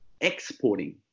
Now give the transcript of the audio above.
exporting